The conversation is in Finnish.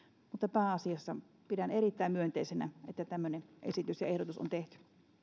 pääasiassa pidän erittäin myönteisenä että tämmöinen esitys ja ehdotus on tehty